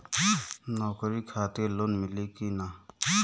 नौकरी खातिर लोन मिली की ना?